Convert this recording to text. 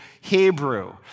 Hebrew